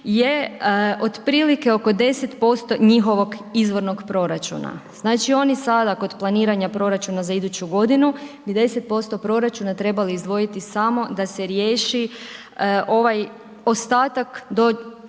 je otprilike oko 10% njihovog izvornog proračuna, znači oni sada kod planiranja proračuna za iduću godinu bi 10% proračuna trebali izdvojiti samo da se riješi ovaj ostatak do,